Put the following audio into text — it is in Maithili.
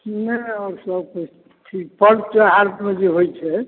नहि आओर सभ किछु ठीक पर्व त्यौहार सभ जे होइ छै